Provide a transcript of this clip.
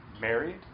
married